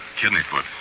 Kidneyfoot